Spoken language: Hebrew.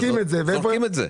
זורקים אותה.